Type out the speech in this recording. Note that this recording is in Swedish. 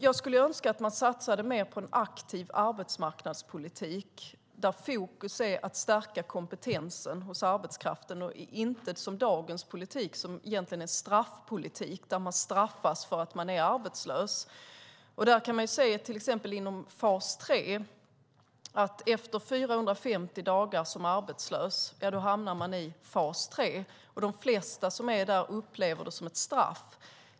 Jag skulle önska att man satsade mer på en aktiv arbetsmarknadspolitik där fokus är att stärka kompetensen hos arbetskraften och inte på dagens politik som egentligen är en straffpolitik där man straffas för att man är arbetslös. Efter 450 dagar som arbetslös hamnar man i fas 3. De flesta som befinner sig där upplever det som ett straff.